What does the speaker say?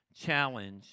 challenge